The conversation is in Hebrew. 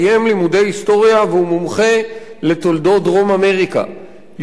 היסטוריה והוא מומחה לתולדות דרום-אמריקה יוכל להיות,